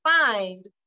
find